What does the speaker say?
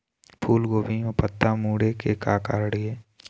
फूलगोभी म पत्ता मुड़े के का कारण ये?